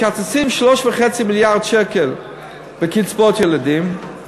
מקצצים 3.5 מיליארד שקל בקצבאות ילדים,